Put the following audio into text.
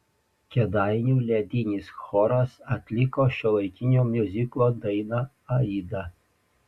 kėdainių ledinis choras atliko šiuolaikinio miuziklo dainą aida